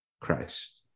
Christ